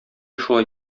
шулай